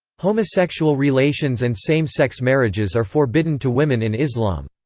homosexual relations and same sex marriages are forbidden to women in islam.